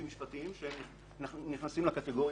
כי הוא באמת מעורר אצלי תמיהה גדולה.